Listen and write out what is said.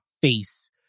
face